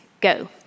go